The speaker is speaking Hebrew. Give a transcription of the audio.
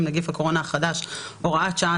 עם נגיף הקורונה החדש (הוראת שעה),